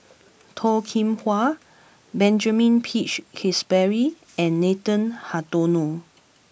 Toh Kim Hwa Benjamin Peach Keasberry and Nathan Hartono